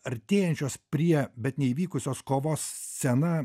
artėjančios prie bet neįvykusios kovos scena